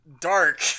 dark